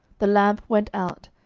the lamp went out,